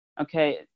Okay